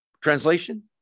Translation